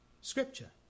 scripture